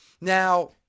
Now